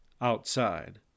Outside